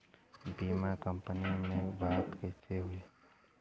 बीमा कंपनी में बात कइसे होई?